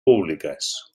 públicas